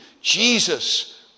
Jesus